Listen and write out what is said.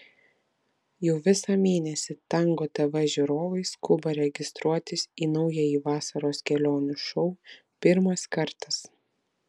jau visą mėnesį tango tv žiūrovai skuba registruotis į naująjį vasaros kelionių šou pirmas kartas